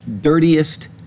dirtiest